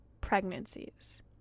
pregnancies